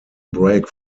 break